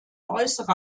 äußere